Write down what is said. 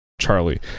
charlie